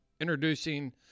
introducing